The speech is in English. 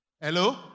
Hello